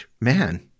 man